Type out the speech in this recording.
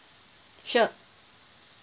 sure